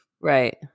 Right